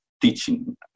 teaching